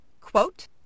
quote